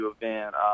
event